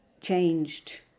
changed